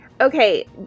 Okay